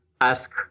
ask